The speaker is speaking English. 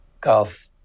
golf